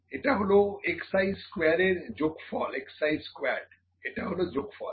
এটা হলো xi square এর যোগফল xi স্কোয়ার্ড এটা হলো যোগফল